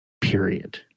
period